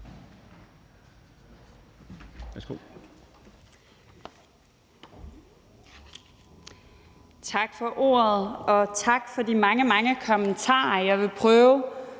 Tak for ordet, og tak for de mange, mange kommentarer. Jeg vil prøve